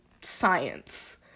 science